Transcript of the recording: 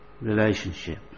relationship